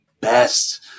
best